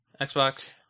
Xbox